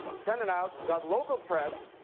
sent it out. got local press,